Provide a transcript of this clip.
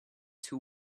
two